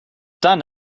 done